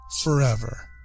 forever